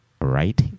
right